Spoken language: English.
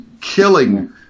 killing